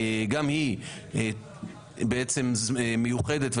גם היא בעצם מיוחדת,